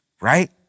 right